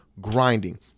grinding